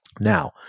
Now